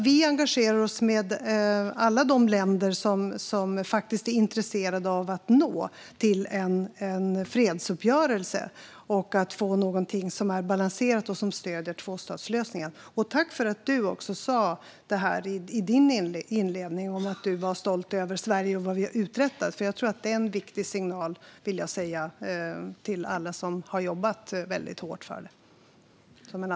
Vi engagerar oss med alla de länder som är intresserade av att nå en fredsuppgörelse och få något som är balanserat och som stöder tvåstatslösningen. Jag vill också tacka dig, Markus Wiechel, för att du i din inledning sa att du är stolt över Sverige och vad vi har uträttat. Det är en viktig signal till alla som har jobbat hårt för detta.